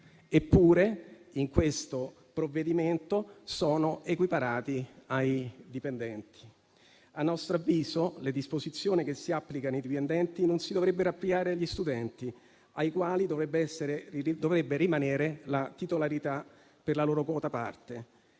eppure in questo provvedimento sono equiparati ai dipendenti. A nostro avviso, le disposizioni che si applicano ai dipendenti non si dovrebbero applicare agli studenti, ai quali dovrebbe rimanere la titolarità per la loro quota parte.